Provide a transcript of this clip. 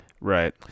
Right